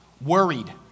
worried